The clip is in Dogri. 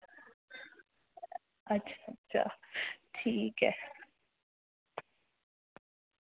अच्छ अच्छा ठीक ऐ